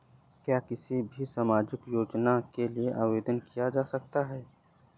क्या किसी भी सामाजिक योजना के लिए आवेदन किया जा सकता है?